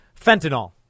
fentanyl